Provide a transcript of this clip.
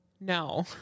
No